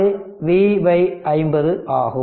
V 50 ஆகும்